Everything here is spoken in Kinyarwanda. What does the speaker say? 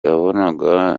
abona